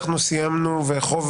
סיימנו חוב